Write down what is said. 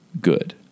good